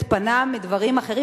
התפנה מדברים אחרים,